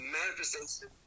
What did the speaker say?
manifestation